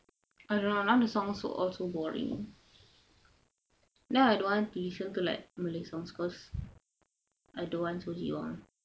I don't know now the songs are all so boring now I don't want to listen to like malay songs cause I don't want to hear jiwang